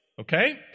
Okay